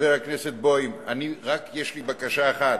חבר הכנסת בוים, יש לי רק בקשה אחת: